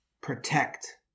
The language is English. protect